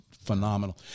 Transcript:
phenomenal